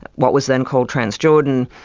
what was then called trans-jordan,